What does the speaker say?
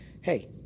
Hey